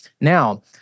Now